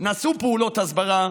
נעשו פעולות הסברה,